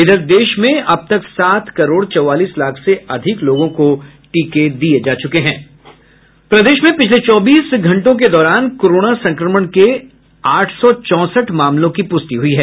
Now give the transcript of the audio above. इधर देश में अब तक सात करोड़ चौवालीस लाख से अधिक लोगों को टीके दिए जा चुके हैं प्रदेश में पिछले चौबीस घंटे के दौरान कोरोना संक्रमण के आठ सौ चौसठ मामलो की पुष्टि हुई है